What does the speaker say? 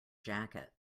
jacket